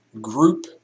group